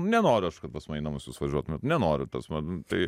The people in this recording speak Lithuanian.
nenoriu aš kad pas mane į namus jūs važiuotumėt nenoriu ta prasme tai